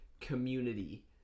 community